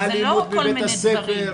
זה לא כל מיני דברים.